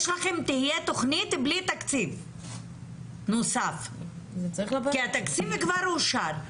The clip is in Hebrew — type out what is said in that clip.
תהיה תוכנית בלי תקציב נוסף כי התקציב כבר אושר.